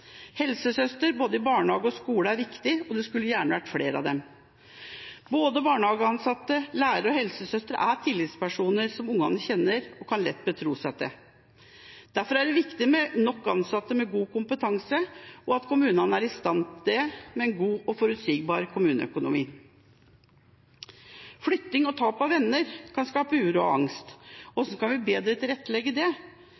Helsesøster i både barnehage og skole er viktig, og det skulle vært flere av dem. Både barnehageansatte, lærere og helsesøster er tillitspersoner barna kjenner og lett kan betro seg til. Derfor er det viktig med nok ansatte med god kompetanse, og at kommunene settes i stand til dette, med en god og forutsigbar kommuneøkonomi. Flytting og tap av venner kan skape uro og angst – hvordan kan en bedre tilrettelegge